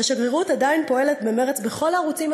והשגרירות עדיין פועלת במרץ בכל הערוצים